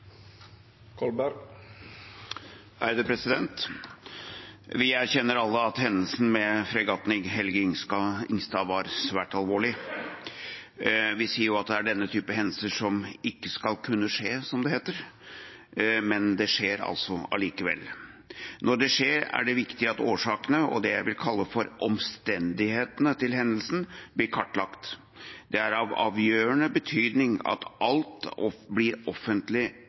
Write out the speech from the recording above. Vi erkjenner alle at hendelsen med fregatten «Helge Ingstad» var svært alvorlig. Vi sier at det er denne typen hendelser som ikke skal kunne skje, som det heter, men det skjer altså allikevel. Når det skjer, er det viktig at årsakene og det jeg vil kalle for omstendighetene til hendelsen, blir kartlagt. Det er av avgjørende betydning at alt blir offentlig,